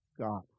God